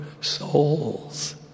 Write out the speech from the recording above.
souls